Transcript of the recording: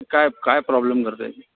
काय काय प्रॉब्लेम करते आहे